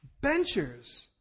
benchers